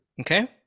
okay